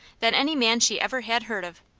than any man she ever had heard of,